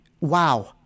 wow